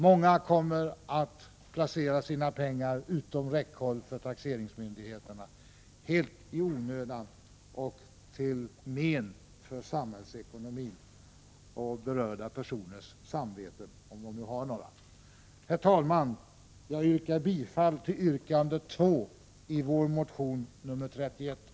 Många kommer att placera sina pengar utom räckhåll för taxeringsmyndigheterna, helt i onödan och till men för samhällsekonomin och berörda personer, med tanke på deras samvete — om de nu har något samvete. Herr talman! Jag hemställer om bifall till yrkande nr 2 i vår motion 3170.